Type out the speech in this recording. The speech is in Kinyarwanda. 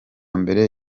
mbere